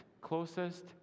closest